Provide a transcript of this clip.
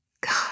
God